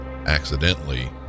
accidentally